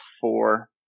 four